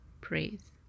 praise